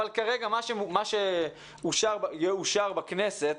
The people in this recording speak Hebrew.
כרגע מה שכנראה יאושר בכנסת,